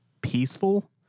peaceful